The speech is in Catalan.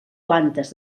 plantes